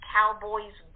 Cowboys